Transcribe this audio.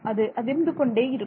அது அதிர்ந்து கொண்டே இருக்கும்